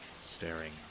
staring